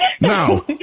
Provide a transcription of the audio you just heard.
Now